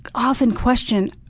often question,